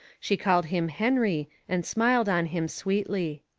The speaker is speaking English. she called him, henry, and smiled on him sweetly.